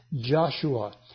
Joshua